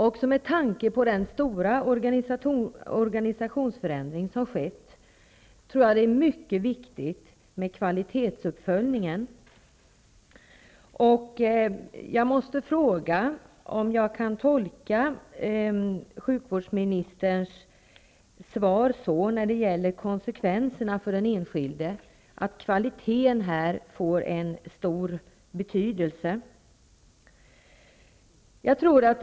Också med tanke på den stora organisationsförändring som skett tror jag att det är mycket viktigt med kvalitetsuppföljningen. Jag måste fråga om jag kan tolka sjukvårdsministerns svar när det gäller konsekvenserna för den enskilde så, att kvaliteten får en stor betydelse i detta sammanhang.